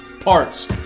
Parts